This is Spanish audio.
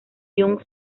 jung